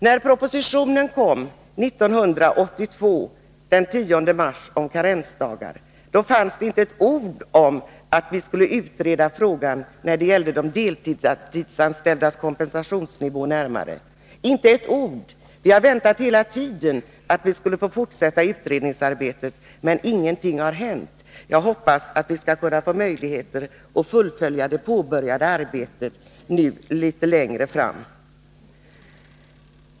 När propositionen om karensdagar kom den 10 mars 1982 fanns det inte ett ord om att vi närmare skulle utreda frågan om de deltidsanställdas 165 kompensationsnivå. Vi har väntat hela tiden att vi skulle få fortsätta utredningsarbetet, men ingenting har hänt. Jag hoppas att vi skall kunna få möjligheter att fullfölja det påbörjade arbetet nu litet längre fram.